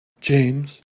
James